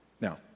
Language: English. now